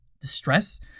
distress